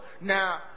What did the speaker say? Now